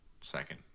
second